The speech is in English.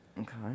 Okay